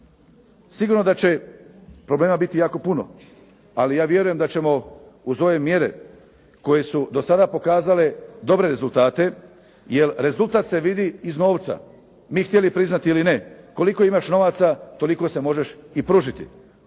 Sigurno da će problema biti jako puno, ali ja vjerujem da ćemo uz ove mjere koje su do sada pokazale dobre rezultate, jer rezultat se vidi iz novca, mi htjeli priznati ili ne. Koliko imaš novaca toliko se možeš i pružiti.